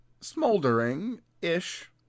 smoldering-ish